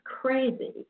crazy